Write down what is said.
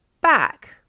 back